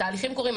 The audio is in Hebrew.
התהליכים קורים.